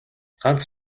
ганц